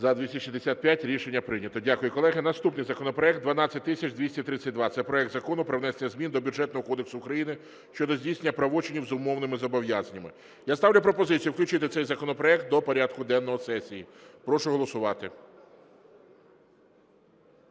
За-265 Рішення прийнято. Дякую, колеги. Наступний законопроект 12232 – це проект Закону про внесення змін до Бюджетного кодексу України щодо здійснення правочинів з умовними зобов'язаннями. Я ставлю пропозицію включити цей законопроект до порядку денного сесії. Прошу голосувати.